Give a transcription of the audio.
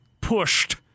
pushed